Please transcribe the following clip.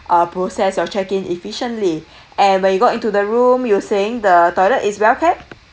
uh process your check in efficiently and when you got into the room you saying the toilet is well cared